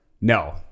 No